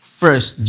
first